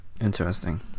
interesting